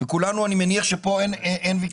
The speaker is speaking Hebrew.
אני מניח שפה אין ויכוח.